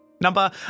number